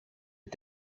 his